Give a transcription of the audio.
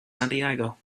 santiago